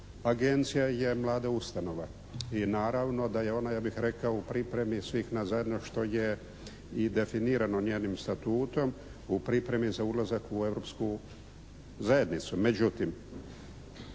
agencija je mlada ustanova i naravno da je ona ja bih rekao u pripremi svih nas zajedno što je i definirano njenim statutom, u pripremi za ulazak u Europsku zajednicu.